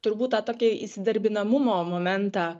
turbūt tą tokį įsidarbinamumo momentą